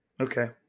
Okay